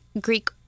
Greek